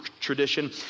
tradition